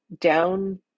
down